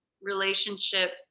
relationship